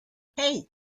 hey